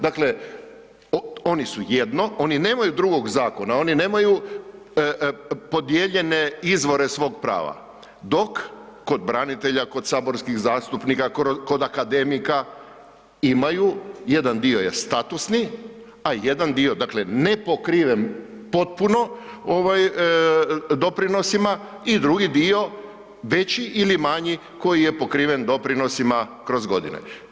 Dakle, oni su jedno, oni nemaju drugog zakona, oni nemaju podijeljene izvore svog prava, dok kod branitelja, kod saborskih zastupnika, kod akademika imaju, jedan dio je statusni, a jedan dio, dakle nepokriven potpuno ovaj doprinosima i drugi dio veći ili manji koji je pokriven doprinosima kroz godine.